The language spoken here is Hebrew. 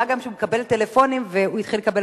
מה גם שהוא מקבל טלפונים והוא התחיל לקבל